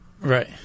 Right